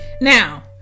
Now